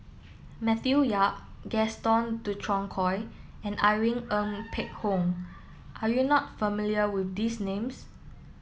Matthew Yap Gaston Dutronquoy and Irene Ng Phek Hoong are you not familiar with these names